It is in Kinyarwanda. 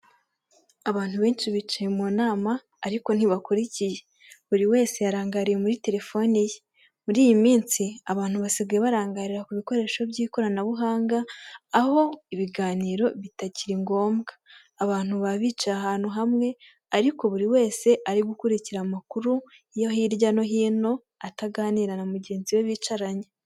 Abantu benshi bicaye mu nama ariko ntibakurikiye, buri wese yarangariye muri telefoni ye, muri iyi minsi abantu basigaye barangarira ku bikoresho by'ikoranabuhanga, aho ibiganiro bitakiri ngombwa, abantu baba bicaye ahantu hamwe, ariko buri wese ari gukurikira amakuru yo hirya no hino ataganira na mugenzi we bicaranye.